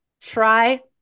Try